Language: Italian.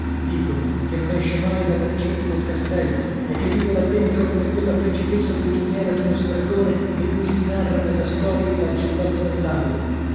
dicono che non esce mai dal recinto del castello e che vive là dentro come quella principessa prigioniera d'uno stregone di cui si narra nella storia di lancilotto del lago